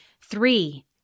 Three